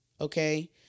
okay